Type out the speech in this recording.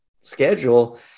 schedule